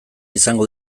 izango